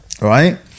Right